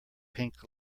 pink